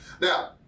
Now